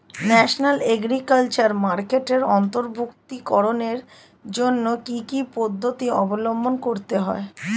National agriculture মার্কেটে অন্তর্ভুক্তিকরণের জন্য কি কি পদ্ধতি অবলম্বন করতে হয়?